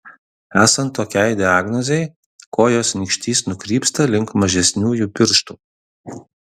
esant tokiai diagnozei kojos nykštys nukrypsta link mažesniųjų pirštų